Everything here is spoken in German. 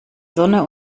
sonne